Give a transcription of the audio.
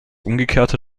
umgekehrte